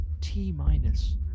T-minus